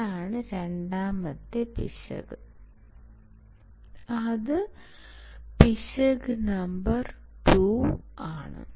അതാണ് രണ്ടാമത്തെ പിശക് അത് പിശക് നമ്പർ 2 ആണ്